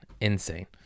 insane